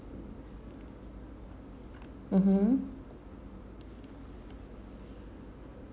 mmhmm